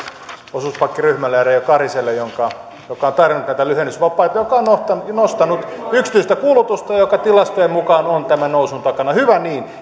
osuuspankkiryhmälle ja reijo karhiselle joka on tarjonnut näitä lyhennysvapaita mikä on nostanut yksityistä kulutusta joka tilastojen mukaan on tämän nousun takana hyvä niin